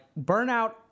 burnout